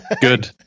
good